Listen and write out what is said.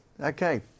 Okay